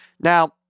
Now